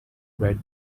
red